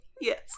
Yes